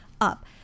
up